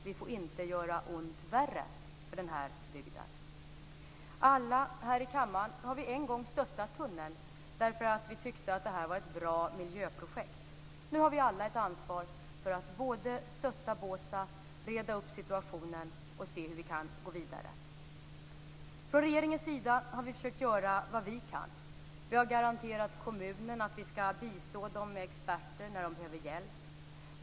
Vi får inte göra ont värre för den här bygden. Alla vi här i kammaren har en gång stöttat tunneln därför att vi tyckte att det var ett bra miljöprojekt. Nu har vi alla ett ansvar för att stötta Båstad, reda upp situationen och se hur vi kan gå vidare. Från regeringens sida har vi försökt göra vad vi kan. Vi har garanterat kommunen att vi skall bistå dem med experter när de behöver hjälp.